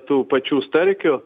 tų pačių starkių